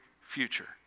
future